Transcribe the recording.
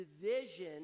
division